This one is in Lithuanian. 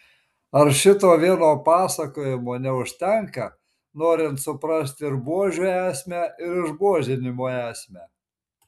ar šito vieno pasakojimo neužtenka norint suprasti ir buožių esmę ir išbuožinimo esmę